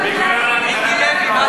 מיקי לוי,